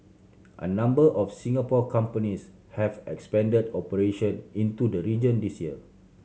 a number of Singapore companies have expanded operation into the region this year